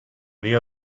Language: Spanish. día